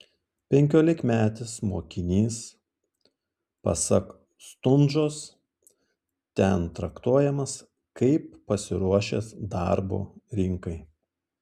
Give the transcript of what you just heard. penkiolikmetis mokinys pasak stundžos ten traktuojamas kaip pasiruošęs darbo rinkai